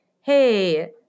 Hey